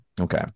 Okay